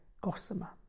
gossamer